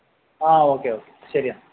ആ okay okay ശരിയെന്നാല്